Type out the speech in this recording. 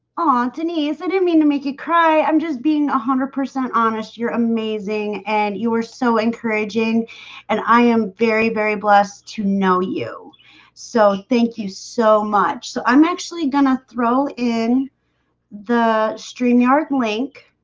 ah anthony's i didn't mean to make you cry i'm just being a hundred percent honest you're amazing and you were so encouraging and i am very very blessed to know you so thank you so much. so i'm actually gonna throw in the stream yard link